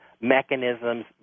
mechanisms